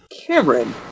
Cameron